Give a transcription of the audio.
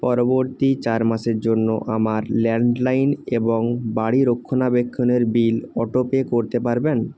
পরবর্তী চার মাসের জন্য আমার ল্যান্ডলাইন এবং বাড়ি রক্ষণাবেক্ষণের বিল অটোপে করতে পারবেন